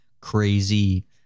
crazy